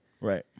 Right